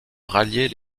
rallier